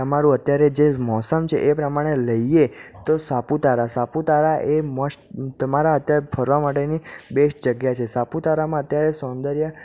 તમારુંં અત્યારે જે મોસમ છે એ પ્રમાણે લઈએ તો સાપુતારા સાપુતારા એ મોસ્ટ તમારા અત્યારે ફરવા માટેની બેસ્ટ જગ્યા છે સાપુતારામાં અત્યારે સૌંદર્ય